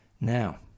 now